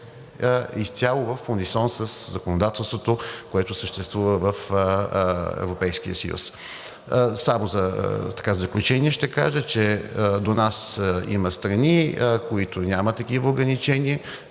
изцяло в унисон със законодателството, което съществува в Европейския съюз. Само в заключение ще кажа, че до нас има страни, които нямат такива ограничения.